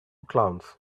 clowns